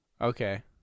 Okay